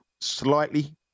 slightly